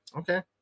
Okay